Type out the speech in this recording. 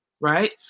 right